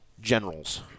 Generals